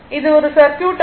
இது ஒரு சர்க்யூட் ஆகும்